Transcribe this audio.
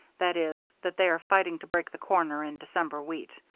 that is, that they are fighting to break the corner in december wheat.